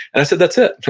i said, that's it.